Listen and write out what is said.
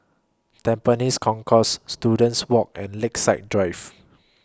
Tampines Concourse Students Walk and Lakeside Drive